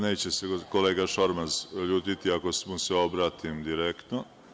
Neće se kolega Šormaz ljutiti ako mu se obratim direktno.